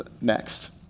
next